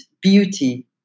beauty